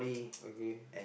okay